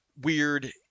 weird